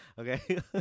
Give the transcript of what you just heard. Okay